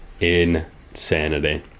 Insanity